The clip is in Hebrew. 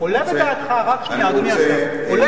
אני רוצה, רק שנייה, אדוני השר.